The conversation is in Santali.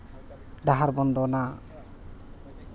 ᱰᱟᱦᱟᱨ ᱵᱚᱱ ᱫᱚᱱᱟ